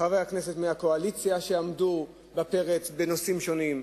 חברי הכנסת מהקואליציה עמדו בפרץ בנושאים שונים,